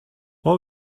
what